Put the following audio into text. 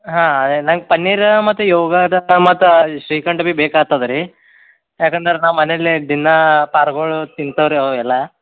ಹಾಂ ನಂಗೆ ಪನ್ನೀರು ಮತ್ತು ಯೋಗಾರ್ಟ ಮತ್ತು ಶ್ರೀಖಂಡ ಬೀ ಬೇಕಾಗ್ತದ್ ರೀ ಯಾಕಂದ್ರೆ ನಾವು ಮನೆಯಲ್ಲೇ ದಿನಾ ಪಾರ್ಗಳು ತಿಂತವೆ ರೀ ಅವು ಎಲ್ಲ